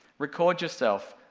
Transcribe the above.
record yourself,